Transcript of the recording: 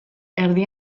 erdi